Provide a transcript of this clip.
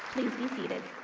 be seated.